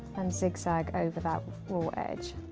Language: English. and zig zag over that raw edge.